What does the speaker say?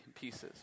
pieces